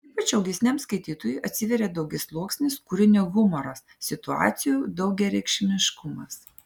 ypač augesniam skaitytojui atsiveria daugiasluoksnis kūrinio humoras situacijų daugiareikšmiškumas